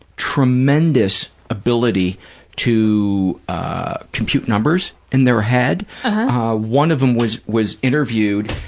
tremendous ability to compute numbers in their head one of them was was interviewed,